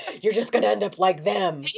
you're just gonna end up like them.